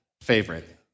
favorite